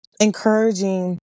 encouraging